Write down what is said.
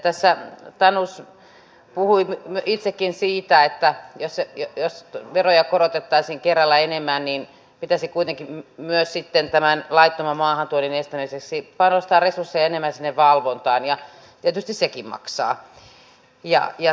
tässä tanus puhui itsekin siitä että jos veroja korotettaisiin kerralla enemmän niin pitäisi kuitenkin myös sitten tämän laittoman maahantuonnin estämiseksi panostaa resursseja enemmän sinne valvontaan ja tietysti sekin maksaa